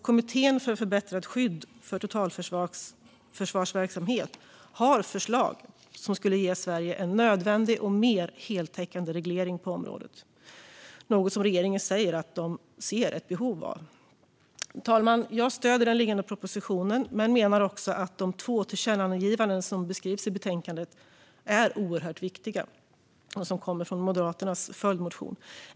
Kommittén för förbättrat skydd för totalförsvarsverksamhet har förslag som skulle ge Sverige en nödvändig och mer heltäckande reglering på området. Det är något som regeringen säger sig se ett behov av. Fru talman! Jag stöder den proposition som ligger på bordet men menar också att de två tillkännagivanden som beskrivs i betänkandet är oerhört viktiga. De kommer från Moderaternas följdmotion.